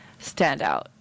standout